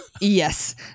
yes